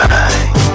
Bye